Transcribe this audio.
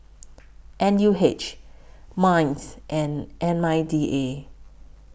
N U H Minds and M I D A